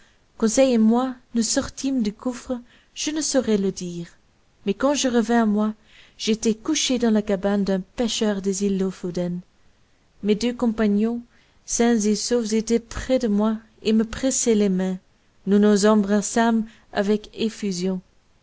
conseil et moi nous sortîmes du gouffre je ne saurai le dire mais quand je revins à moi j'étais couché dans la cabane d'un pêcheur des îles loffoden mes deux compagnons sains et saufs étaient près de moi et me pressaient les mains nous nous embrassâmes avec effusion